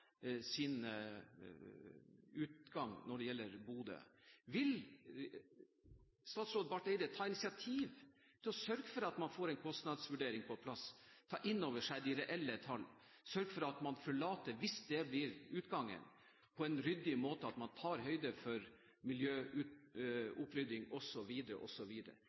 sin utgang fra Bodø? Vil statsråd Barth Eide ta initiativ til å sørge for at man får en kostnadsvurdering på plass, ta inn over seg de reelle tall, sørge for at man forlater stedet – hvis det blir utgangen – på en ryddig måte, at man tar høyde for